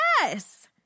Yes